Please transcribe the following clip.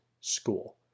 school